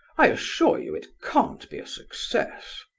i assure you it can't be a success.